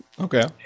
Okay